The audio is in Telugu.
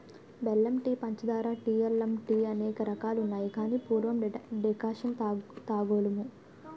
బెల్లం టీ పంచదార టీ అల్లం టీఅనేక రకాలున్నాయి గాని పూర్వం డికర్షణ తాగోలుము